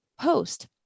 post